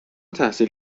تحصیل